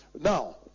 Now